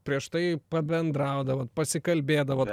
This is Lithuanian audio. prieš tai pabendraudavot pasikalbėdavot